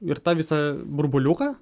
ir tą visą burbuliuką